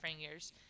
fingers